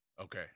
Okay